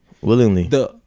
willingly